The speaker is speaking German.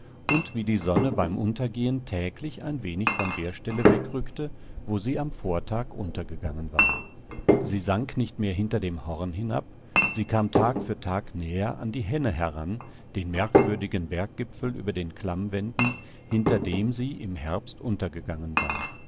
und wie die sonne beim untergehen täglich ein wenig von der stelle wegrückte wo sie am vortag untergegangen war sie sank nicht mehr hinter dem horn hinab sie kam tag für tag näher an die henne heran den merkwürdigen berggipfel über den klammwänden hinter dem sie im herbst untergegangen war